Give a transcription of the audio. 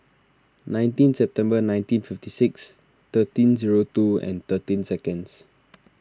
nineteen September nineteen fifty six thirteen zero two and thirteen seconds